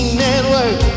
network